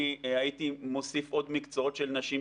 אני הייתי מוסיף עוד מקצועות של נשים,